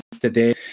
today